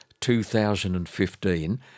2015